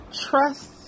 trust